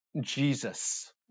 Jesus